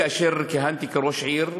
כאשר כיהנתי כראש עיר,